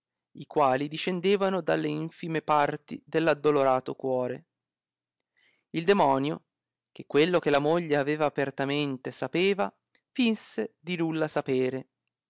i quali discendevano dalle infime parti dell addolorato cuore il demonio che quello che la moglie aveva apertamente sapeva finse di nulla sapere